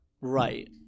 right